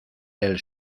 del